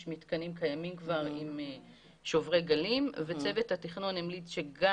יש מתקנים קיימים כבר עם שוברי גלים וצוות התכנון המליץ שגם